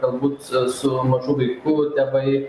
galbūt su mažų vaikų tėvai